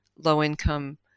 Low-income